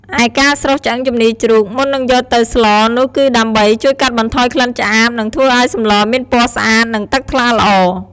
ឯការស្រុះឆ្អឹងជំនីរជ្រូកមុននឹងយកទៅស្លនោះគឺដើម្បី ជួយកាត់បន្ថយក្លិនឆ្អាប និងធ្វើឱ្យសម្លមានពណ៌ស្អាត និងទឹកថ្លាល្អ។